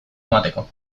emateko